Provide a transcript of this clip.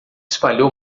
espalhou